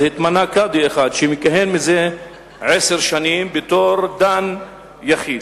התמנה קאדי אחד שמכהן זה עשר שנים בתור דן יחיד.